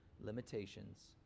limitations